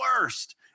worst